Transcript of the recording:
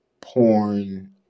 porn